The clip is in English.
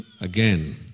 again